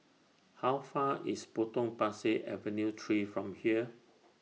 How Far away IS Potong Pasir Avenue three from here